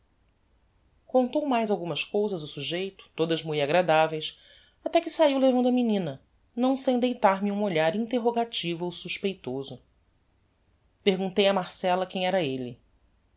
contou mais algumas cousas o sujeito todas mui agradaveis até que saiu levando a menina não sem deitar-me um olhar interrogativo ou suspeitoso perguntei a marcella quem era elle